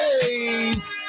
days